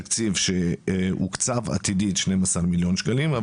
התקציב שהוקצה לעתיד של 12 מיליון שקלים.